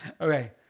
Okay